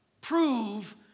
prove